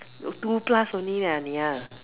no two plus only lah ah-nia